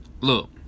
Look